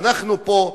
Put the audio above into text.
אנחנו פה,